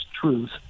truth